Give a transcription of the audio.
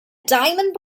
diamond